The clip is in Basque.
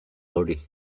hori